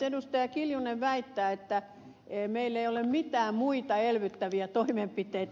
anneli kiljunen väittää että meillä ei ole mitään muita elvyttäviä toimenpiteitä